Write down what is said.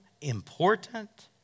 important